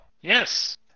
Yes